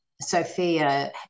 Sophia